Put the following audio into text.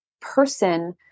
person